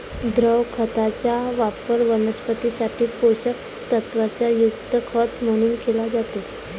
द्रव खताचा वापर वनस्पतीं साठी पोषक तत्वांनी युक्त खत म्हणून केला जातो